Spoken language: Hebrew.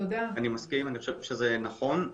מסכים ואני חושב שזה נכון.